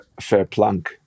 Verplank